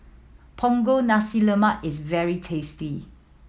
Punggol Nasi Lemak is very tasty